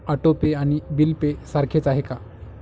Auto pay आणि bill pay सारखेच आहे का?